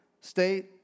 state